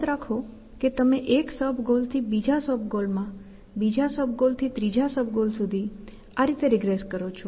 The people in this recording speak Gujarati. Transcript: યાદ રાખો કે તમે એક સબ ગોલ થી બીજા સબ ગોલમાં બીજા સબ ગોલ થી ત્રીજા સબ ગોલ સુધી આ રીતે રીગ્રેસ કરો છો